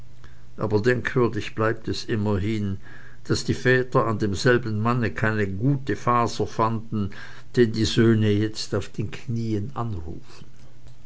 aber denkwürdig bleibt es immerhin daß die väter an demselben manne keine gute faser fanden den die söhne jetzt auf den knieen anrufen